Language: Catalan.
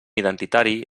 identitari